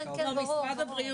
כן, כן ברור.